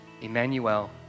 Emmanuel